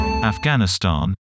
Afghanistan